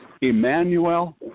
Emmanuel